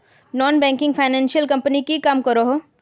Non banking finance company की काम करोहो?